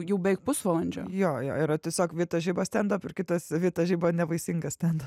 jau beveik pusvalandžio jo jo yra tiesiog vita žiba stendap ir kitas vita žiba nevaisinga ten